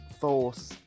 force